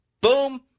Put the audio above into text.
boom